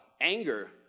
anger